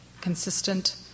consistent